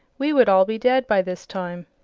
we would all be dead by this time.